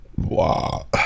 Wow